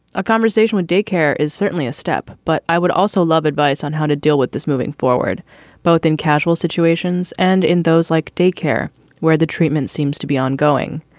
a conversation with daycare is certainly a step, but i would also love advice on how to deal with this moving forward both in casual situations and in those like daycare where the treatment seems to be ongoing.